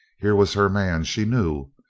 here was her man, she knew.